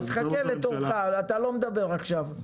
אז חכה לתורך, אתה לא מדבר עכשיו.